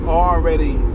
already